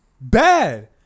Bad